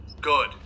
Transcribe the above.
good